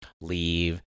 leave